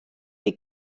die